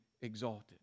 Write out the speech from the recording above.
exalted